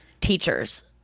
teachers